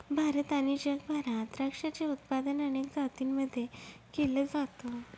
भारत आणि जगभरात द्राक्षाचे उत्पादन अनेक जातींमध्ये केल जात